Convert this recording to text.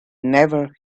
never